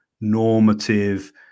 normative